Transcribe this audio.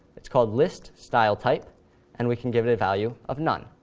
it's called list-style-type, and we can give it a value of none.